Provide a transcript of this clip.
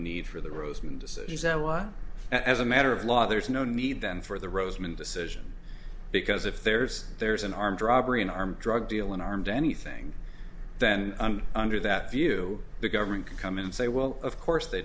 need for the rosemond as a matter of law there's no need then for the roseman decision because if there's there's an armed robbery an armed drug dealing armed anything then under that view the government can come in and say well of course they